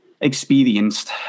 experienced